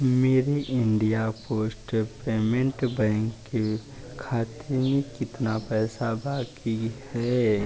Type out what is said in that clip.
मेरे India post payment bank के खाते में कितना पैसा बाकी है